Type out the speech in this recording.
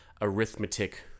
arithmetic